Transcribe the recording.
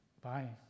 Bye